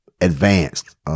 advanced